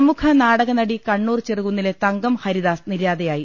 പ്രമുഖ നാടകനടി കണ്ണൂർ ചെറുകുന്നിലെ തങ്കം ഹരിദാസ് നിര്യാത യായി